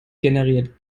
generiert